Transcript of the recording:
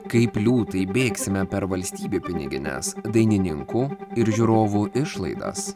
kaip liūtai bėgsime per valstybių pinigines dainininkų ir žiūrovų išlaidas